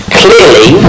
clearly